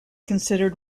considered